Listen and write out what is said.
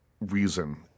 reason